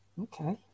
Okay